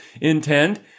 intend